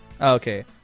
Okay